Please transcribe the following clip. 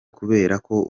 kuberako